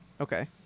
okay